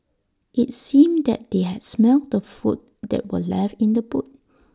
IT seemed that they had smelt the food that were left in the boot